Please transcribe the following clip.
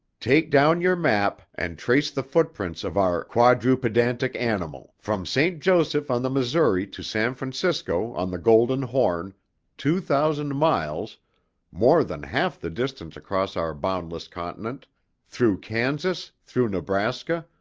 take down your map and trace the footprints of our quadrupedantic animal from st. joseph on the missouri to san francisco, on the golden horn two thousand miles more than half the distance across our boundless continent through kansas, through nebraska,